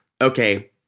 okay